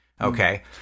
okay